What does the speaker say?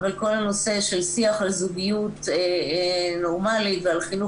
אבל כל הנושא של שיח על זוגיות נורמלית ועל חינוך